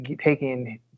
taking